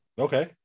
Okay